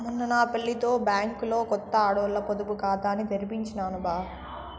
మొన్న నా పెళ్లితో బ్యాంకిలో కొత్త ఆడోల్ల పొదుపు కాతాని తెరిపించినాను బా